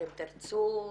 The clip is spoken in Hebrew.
אתם תרצו?